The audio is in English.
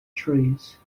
trees